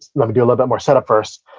um and little bit more set up first.